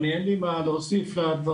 אני אין לי מה להוסיף לדברים.